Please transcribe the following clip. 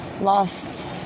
lost